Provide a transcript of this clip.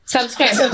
Subscribe